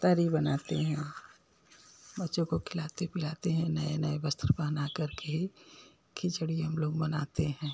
तरी बनाते हैं बच्चों को खिलाते पिलाते हैं नए नए वस्त्र पहना कर के खिचड़ी हम लोग मनाते हैं